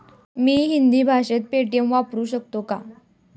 मी हिंदी भाषेत पेटीएम वापरू शकतो का?